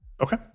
Okay